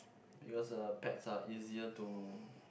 it was a pets ah easier to